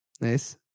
Nice